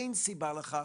אין סיבה לכך.